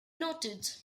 noted